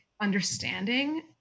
understanding